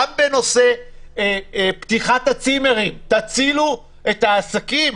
גם בנושא פתיחת הצימרים תצילו את העסקים.